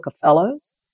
Fellows